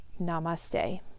Namaste